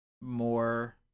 more